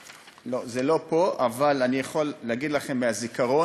לא, זה לא פה, אבל אני יכול להגיד לכם מהזיכרון,